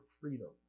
freedom